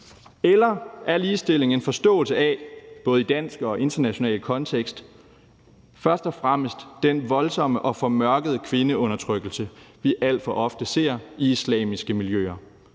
Eller er ligestilling en forståelse, både i dansk og international kontekst, af først og fremmest den voldsomme og formørkede kvindeundertrykkelse, vi alt for ofte ser i islamiske miljøer,